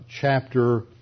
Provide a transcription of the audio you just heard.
chapter